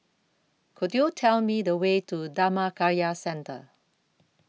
Could YOU Tell Me The Way to Dhammakaya Centre